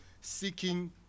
seeking